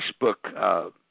Facebook